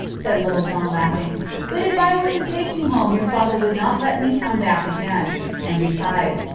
said little john, laughing but if i were to take you home your father would not let me come back again and besides,